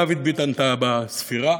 דוד ביטן טעה בספירה,